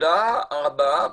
תודה רבה,